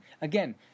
again